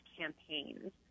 campaigns